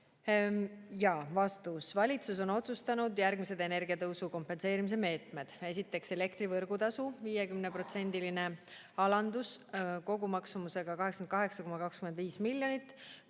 Vastus. Valitsus on otsustanud järgmised energia hinna tõusu kompenseerimise meetmed. Esiteks, elektri võrgutasu 50%‑line alandus kogumaksumusega 88,25 miljonit